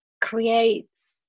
creates